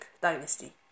Dynasty